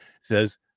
says